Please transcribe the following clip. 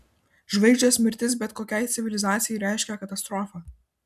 žvaigždės mirtis bet kokiai civilizacijai reiškia katastrofą